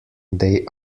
they